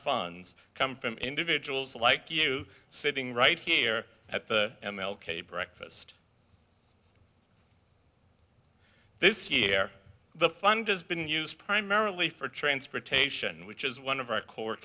funds come from individuals like you sitting right here at the m l k breakfast this year the fund is been used primarily for transportation which is one of our co